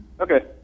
Okay